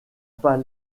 pas